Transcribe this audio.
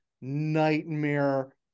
nightmare